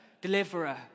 Deliverer